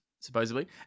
supposedly